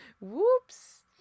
Whoops